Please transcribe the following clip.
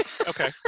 okay